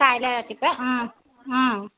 কাইলৈ ৰাতিপুৱা